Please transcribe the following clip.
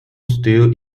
still